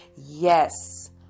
Yes